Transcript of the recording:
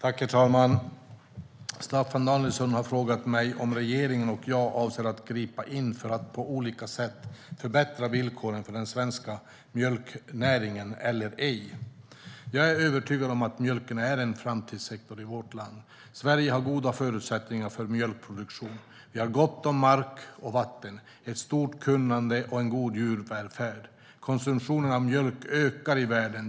Herr talman! Staffan Danielsson har frågat mig om regeringen och jag avser att gripa in för att på olika sätt förbättra villkoren för den svenska mjölknäringen eller ej. Jag är övertygad om att mjölken är en framtidssektor i vårt land. Sverige har goda förutsättningar för mjölkproduktion. Vi har gott om mark och vatten, ett stort kunnande och en god djurvälfärd. Konsumtionen av mjölk ökar i världen.